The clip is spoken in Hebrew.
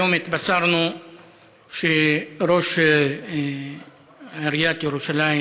היום התבשרנו שראש עיריית ירושלים